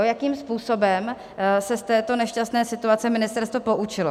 Jakým způsobem se z této nešťastné situace ministerstvo poučilo?